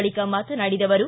ಬಳಿಕ ಮಾತನಾಡಿದ ಅವರು